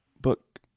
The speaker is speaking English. book